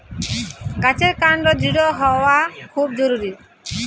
গাছের কান্ড দৃঢ় হওয়া খুব জরুরি